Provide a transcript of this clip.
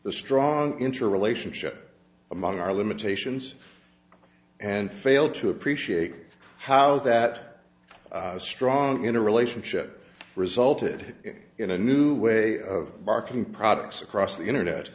the strong interrelationship among our limitations and fail to appreciate how that strong in a relationship resulted in a new way of marking products across the internet